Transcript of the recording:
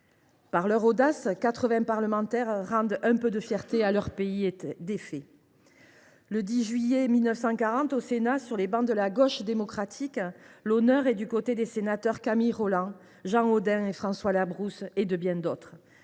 Par leur audace, ces quatre vingts parlementaires rendent un peu de fierté à leur pays défait. Le 10 juillet 1940, au sein du groupe de la Gauche démocratique, l’honneur est du côté des sénateurs Camille Rolland, Jean Odin et François Labrousse, parmi d’autres.